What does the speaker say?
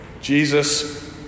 Jesus